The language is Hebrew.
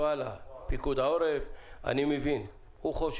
שמדברים על מרחקים --- אז מה אומרים כללי הבטיחות?